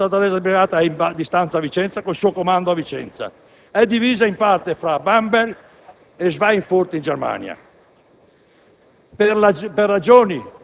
La 173a Brigata è già attualmente in parte di stanza a Vicenza e il suo comando è già a Vicenza.